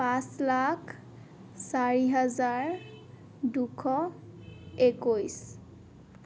পাঁচ লাখ চাৰি হাজাৰ দুশ একৈছ